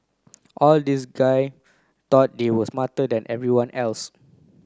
all these guy thought they were smarter than everyone else